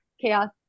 chaos